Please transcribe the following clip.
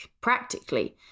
practically